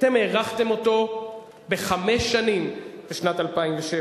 אתם הארכתם אותו בחמש שנים בשנת 2007,